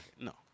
No